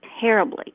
terribly